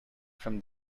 from